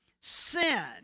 sin